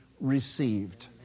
received